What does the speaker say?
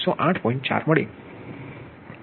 4 થાય